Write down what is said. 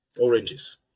Oranges